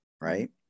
right